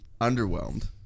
underwhelmed